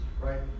right